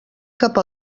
cap